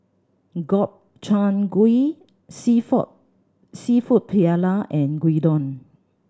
Gobchang Gui Seafood Paella and Gyudon